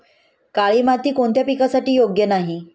काळी माती कोणत्या पिकासाठी योग्य नाही?